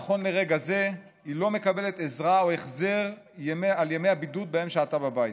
נכון לרגע זה היא לא מקבלת עזרה או החזר על ימי הבידוד שבהם שהתה בבית.